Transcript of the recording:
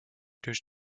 durch